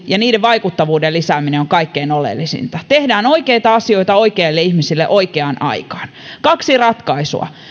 ja niiden vaikuttavuuden lisääminen on kaikkein oleellisinta tehdään oikeita asioita oikeille ihmisille oikeaan aikaan kaksi ratkaisua